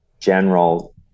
general